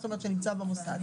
זאת אומרת שנמצא במוסד.